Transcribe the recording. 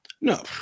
No